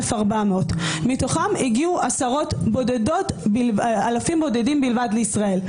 מתוכם הגיעו אלפים בודדים בלבד לישראל.